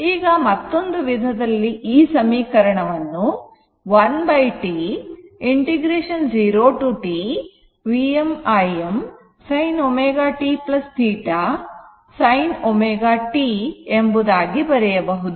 ಈಗ ಮತ್ತೊಂದು ವಿಧದಲ್ಲಿ ಈ ಸಮೀಕರಣವನ್ನು 1T 0 to t Vm Im sin ω t θ sin ω t ಎಂಬುದಾಗಿ ಬರೆಯಬಹುದು